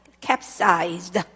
capsized